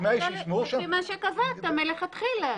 רק מה שקבעת מלכתחילה.